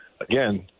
again